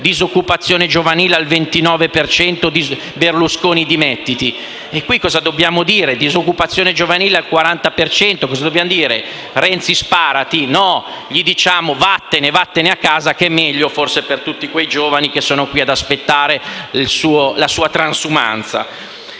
«Disoccupazione giovanile al 29 per cento: Berlusconi dimettiti». E qui cosa dobbiamo dire? «Disoccupazione giovanile al 40 per cento: Renzi sparati»? No! Gli diciamo: vattene a casa che forse è meglio, per tutti quei giovani che sono qui ad aspettare la sua transumanza.